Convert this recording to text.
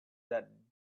that